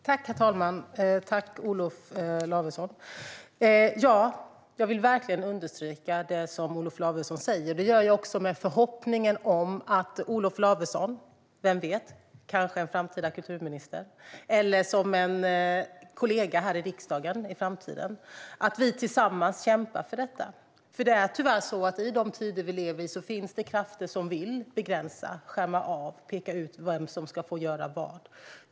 Herr talman! Jag vill verkligen understryka det Olof Lavesson säger. Det gör jag med förhoppningen att Olof Lavesson, kanske som framtida kulturminister - vem vet - eller som kollega här i riksdagen, tillsammans med mig kämpar för detta i framtiden. Tyvärr är det nämligen så att det i de tider vi lever i finns krafter som vill begränsa, skärma av och peka ut vem som ska få göra vad.